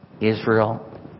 Israel